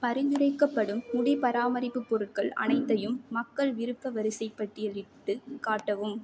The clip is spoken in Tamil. பரிந்துரைக்கப்படும் முடி பராமரிப்பு பொருட்கள் அனைத்தையும் மக்கள் விருப்ப வரிசைப் பட்டியலிட்டுக் காட்டவும்